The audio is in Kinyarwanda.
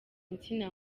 insina